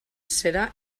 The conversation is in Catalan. serà